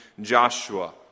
Joshua